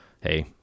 hey